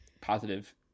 positive